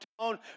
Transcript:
tone